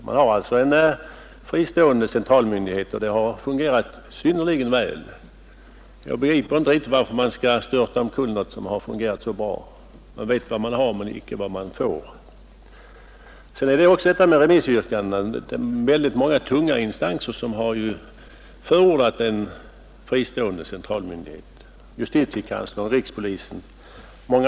Det finns alltså en fristående central myndighet, och det hela har fungerat synnerligen väl. Jag begriper inte riktigt varför man skall störta omkull något som varit så bra; man vet vad man har, men icke vad man får! När det gäller remissyttrandena vill jag betona att ett stort antal tunga instanser har förordat en fristående central myndighet, bl.a. justitiekanslern och rikspolisstyrelsen.